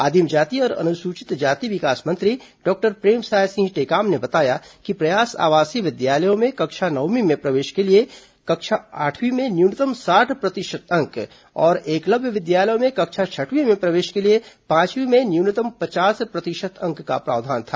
आदिम जाति और अनुसूचित जाति विकास मंत्री डॉक्टर प्रेमसाय सिंह टेकाम ने बताया कि प्रयास आवासीय विद्यालयों में कक्षा नवमीं में प्रवेश के लिए कक्षा आठवीं में न्यूनतम साठ प्रतिशत अंक और एकलव्य विद्यालयों में कक्षा छठवीं में प्रवेश के लिए पांचवीं में न्यूनतम पचास प्रतिशत अंक का प्रावधान था